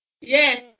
yes